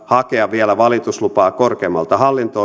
hakea vielä valituslupaa hallinto